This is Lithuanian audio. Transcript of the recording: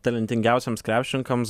talentingiausiems krepšininkams